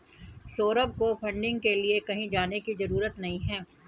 सौरभ को फंडिंग के लिए कहीं जाने की जरूरत नहीं है